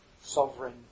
sovereign